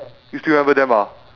you still remember them or not